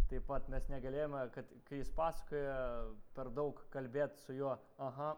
taip pat mes negalėjome kad kai jis pasakoja per daug kalbėt su juo aha